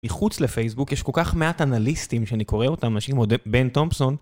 מחוץ לפייסבוק, יש כל כך מעט אנליסטים שאני קורא אותם, אנשים כמו בן טומפסון.